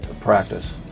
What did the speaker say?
practice